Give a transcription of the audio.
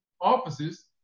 offices